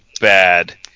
bad